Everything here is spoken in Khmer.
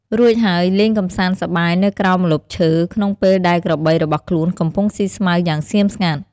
រួចហើយលេងកម្សាន្តសប្បាយនៅក្រោមម្លប់ឈើ ក្នុងពេលដែលក្របីរបស់ខ្លួនកំពុងស៊ីស្មៅយ៉ាងស្ងៀមស្ងាត់។